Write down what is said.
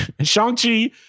Shang-Chi